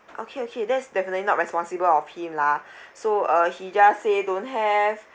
okay okay that's definitely not responsible of him lah so uh he just say don't have